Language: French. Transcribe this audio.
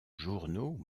journaux